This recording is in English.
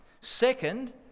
Second